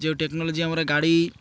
ଯେଉଁ ଟେକ୍ନୋଲୋଜି ଆମର ଗାଡ଼ି